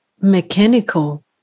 mechanical